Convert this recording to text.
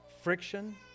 friction